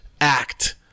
act